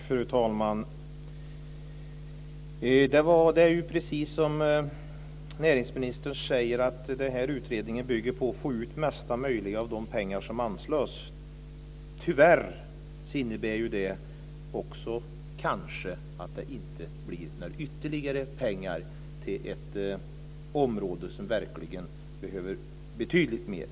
Fru talman! Precis som näringsministern säger syftar den här utredningen till att få ut mesta möjliga av de pengar som anslås. Tyvärr innebär det kanske att det inte blir några ytterligare pengar till ett område som verkligen behöver betydligt mer.